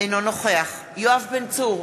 אינו נוכח יואב בן צור,